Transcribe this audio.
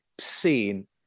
seen